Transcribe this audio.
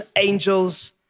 angels